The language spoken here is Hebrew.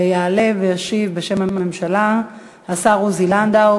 יעלה וישיב בשם הממשלה השר עוזי לנדאו,